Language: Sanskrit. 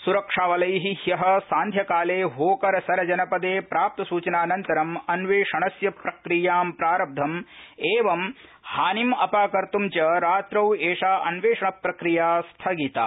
सुरक्षाबलै द्य सांध्यकाले होकरसरजनपदे प्राप्त सूचनानन्तरं अन्वेषणस्य प्रक्रियां प्रारब्धम् उ हानिम् अपाकतुं रात्रौ या अन्वेषण प्रक्रिया स्थगिता